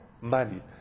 money